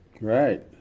Right